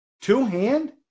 Two-hand